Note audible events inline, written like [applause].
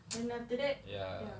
[noise] ya